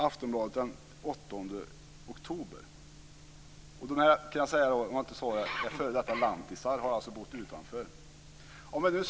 Detta är f.d. lantisar och har alltså bott utanför storstäderna.